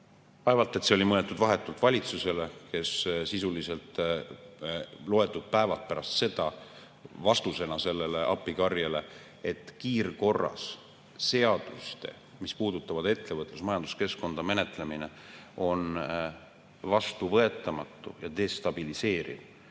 Vaevalt, et see oli mõeldud vahetult valitsusele, kes sisuliselt loetud päevad pärast seda sellele appikarjele, et kiirkorras seaduste, mis puudutavad ettevõtlus- ja majanduskeskkonda, menetlemine on vastuvõetamatu ja destabiliseeriv,